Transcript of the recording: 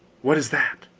what is that?